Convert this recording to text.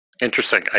Interesting